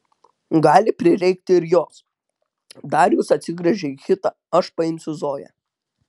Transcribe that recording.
gali prireikti ir jos darijus atsigręžė į hitą aš paimsiu zoją